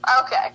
Okay